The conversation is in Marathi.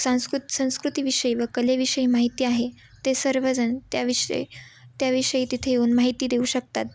सांस्कृत संस्कृतीविषयी व कलेविषयी माहिती आहे ते सर्वजण त्या विषय त्याविषयी तिथे येऊन माहिती देऊ शकतात